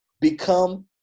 become